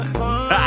fun